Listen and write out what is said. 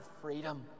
freedom